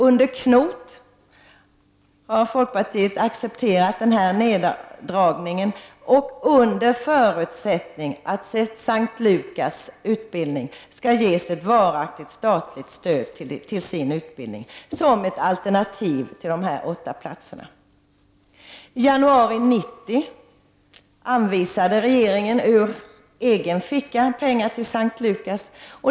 Under knot har folkpartiet accepterat neddragningen, under den förutsättningen att S:t Lukasstiftelsen skall ges ett varaktigt statlig stöd till sin utbildning, som ett alternativ till de åtta platserna. I januari 1990 anvisade re geringen ur egen ficka pengar till S:t Lukas.